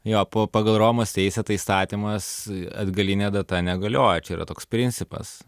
jo pagal romos teisę tai įstatymas atgaline data negalioja čia yra toks principas